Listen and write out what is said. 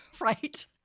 Right